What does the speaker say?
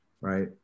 right